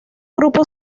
grupo